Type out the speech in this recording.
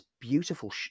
beautiful